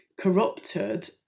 Corrupted